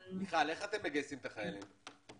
איך אתם מגייסים את החיילים?